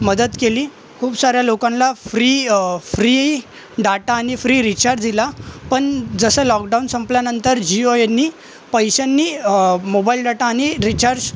मदत केली खूप साऱ्या लोकांनला फ्री फ्री डाटा आणि फ्री रीचार्ज दिला पण जसं लॉकडाऊन संपल्यानंतर जिओ यांनी पैशांनी मोबाईल डाटा आणि रीचार्ज